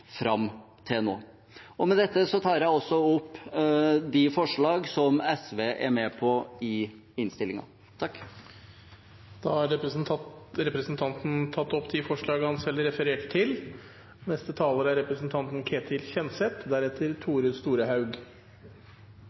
fram til nå. Med dette tar jeg opp de forslagene som SV er med på i innstillingen. Representanten Lars Haltbrekken har tatt opp de forslagene han refererte til. 24. konsesjonsrunde er